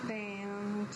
then